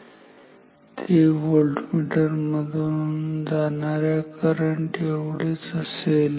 तर ते व्होल्टमीटर मधून जाणार्या करंट एवढेच असेल